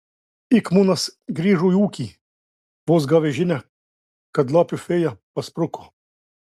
ik munas grįžo į ūkį vos gavęs žinią kad lapių fėja paspruko